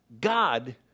God